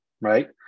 Right